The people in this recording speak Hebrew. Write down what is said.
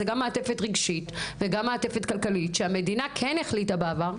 מדובר על מעטפת רגשית ומעטפת כלכלית שהמדינה כן החליטה עליה בעבר.